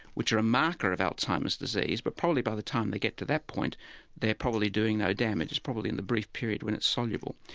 which are a marker of alzheimer's disease, but probably by the time they get to that point they're probably doing no damage, it's probably in the brief period when it's soluble.